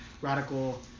radical –